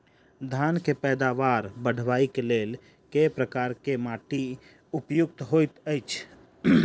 धान केँ पैदावार बढ़बई केँ लेल केँ प्रकार केँ माटि उपयुक्त होइत अछि?